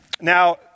Now